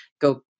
go